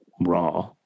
raw